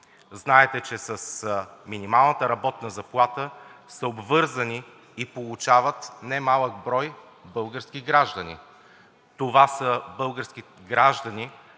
Знаете, че с минималната работна заплата са обвързани и я получават немалък брой български граждани. Това са българските граждани,